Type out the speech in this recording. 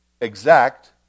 exact